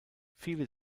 viele